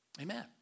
Amen